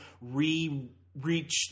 re-reach